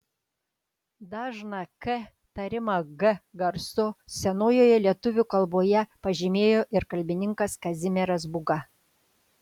dažną k tarimą g garsu senojoje lietuvių kalboje pažymėjo ir kalbininkas kazimieras būga